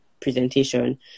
presentation